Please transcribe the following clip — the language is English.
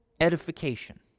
edification